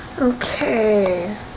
Okay